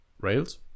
rails